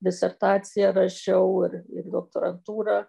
disertaciją rašiau ir ir doktorantūrą